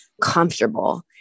comfortable